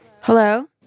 Hello